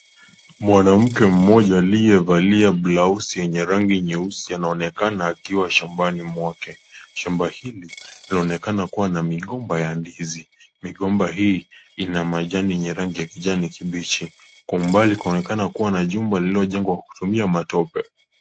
Mwanamke mmoja aliyevalia blouse yenye rangi nyeusi anaonekana akiwa shambani mwake. Shamba hili inaonekana kuwa na migomba ya ndizi. Migomba hii ina majani yenye rangi ya kijani kibichi. Kwa umbali kunaonekana kuwa na jumba lililojengwa kwa kutumia matope.